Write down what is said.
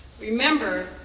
Remember